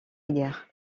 guerre